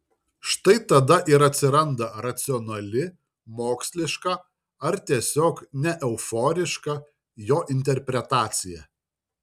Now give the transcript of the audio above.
štai tada ir atsiranda racionali moksliška ar tiesiog neeuforiška jo interpretacija